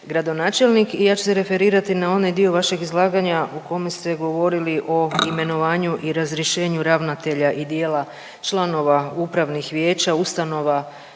gradonačelnik i ja ću se referirati na onaj dio vašeg izlaganja u kome ste govorili o imenovanju i razrješenju ravnatelja i dijela članova upravnih vijeća ustanova